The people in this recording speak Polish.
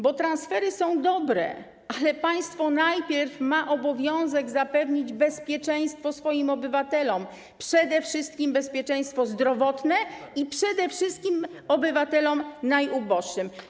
Bo transfery są dobre, ale państwo najpierw ma obowiązek zapewnić bezpieczeństwo swoim obywatelom, przede wszystkim bezpieczeństwo zdrowotne i przede wszystkim obywatelom najuboższym.